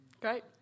Great